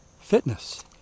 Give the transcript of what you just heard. fitness